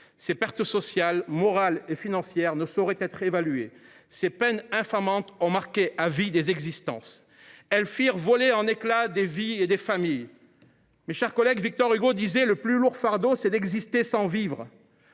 Ces pertes sociales, morales et financières ne sauraient être évaluées. Ces peines infamantes ont marqué à vie des existences. Elles firent voler en éclat des vies et des familles. « Car le plus lourd fardeau, c’est d’exister sans vivre »,